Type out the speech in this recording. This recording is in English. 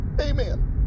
Amen